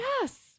Yes